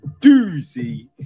doozy